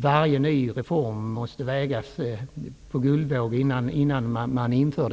Varje ny reform måste därför vägas på guldvåg innan den genomförs.